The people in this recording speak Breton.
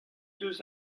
eus